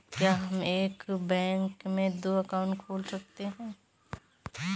क्या हम एक बैंक में दो अकाउंट खोल सकते हैं?